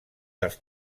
dels